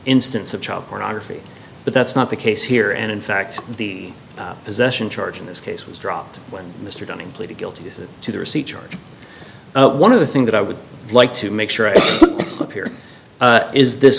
instance of child pornography but that's not the case here and in fact the possession charge in this case was dropped when mr dunning pleaded guilty to the receipt charge one of the things that i would like to make sure but here is this